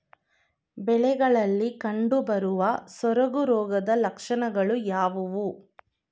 ಬೆಳೆಗಳಲ್ಲಿ ಕಂಡುಬರುವ ಸೊರಗು ರೋಗದ ಲಕ್ಷಣಗಳು ಯಾವುವು?